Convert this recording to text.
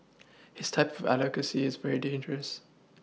his type of advocacy is very dangerous